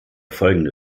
folgende